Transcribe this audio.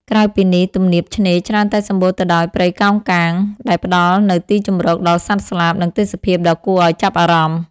ក្រៅពីនេះ ទំនាបឆ្នេរច្រើនតែសំបូរទៅដោយព្រៃកោងកាង ដែលផ្តល់នៅទីជម្រកដល់សត្វស្លាប និងទេសភាពដ៏គួរឲ្យចាប់អារម្មណ៏។